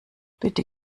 bitte